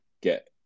get